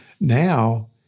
now